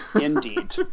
Indeed